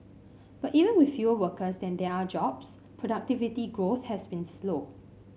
but even with fewer workers than there are jobs productivity growth has been slow